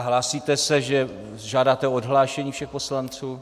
Hlásíte se, že žádáte o odhlášení všech poslanců?